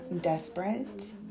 desperate